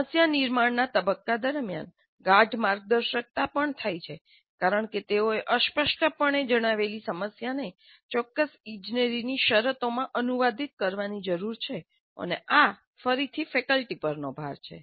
સમસ્યા નિર્માણના તબક્કા દરમિયાન ગાઢ માર્ગદર્શકતા પણ થાય છે કારણ કે તેઓએ અસ્પષ્ટપણે જણાવેલી સમસ્યાને ચોક્કસ ઇજનેરીની શરતોમાં અનુવાદિત કરવાની જરૂર છે અને આ ફરીથી ફેકલ્ટી પરનો ભાર છે